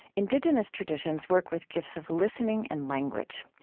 indigenous traditions work with gifts of listening and language.